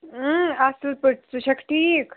اۭں اَصٕل پٲٹھۍ ژٕ چھَکھ ٹھیٖک